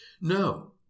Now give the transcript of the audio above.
no